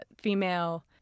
female